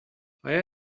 آیا